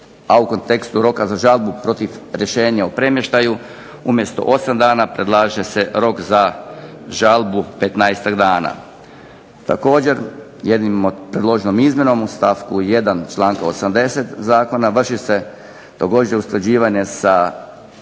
a u kontekstu roka za žalbu protiv rješenja o premještaju umjesto 8 dana predlaže se rok za žalbu petnaestak dana. Također, jednom predloženom izmjenom u stavku 1. članka 80. zakona vrši se također usklađivanje sa